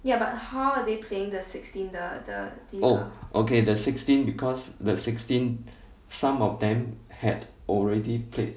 oh okay the sixteen because the sixteen some of them had already played